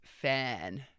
fan